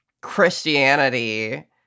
Christianity